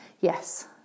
yes